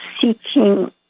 seeking